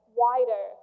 wider